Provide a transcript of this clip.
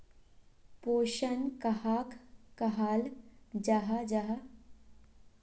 पोषण कहाक कहाल जाहा जाहा?